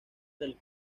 del